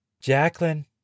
Jacqueline